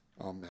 Amen